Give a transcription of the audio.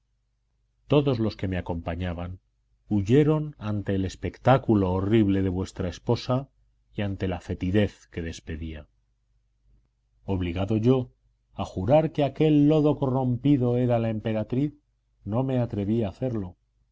todos los que me acompañaban huyeron ante el espectáculo horrible de vuestra esposa y ante la fetidez que despedía obligado yo a jurar que aquel lodo corrompido era la emperatriz no me atreví a hacerlo